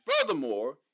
furthermore